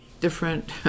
different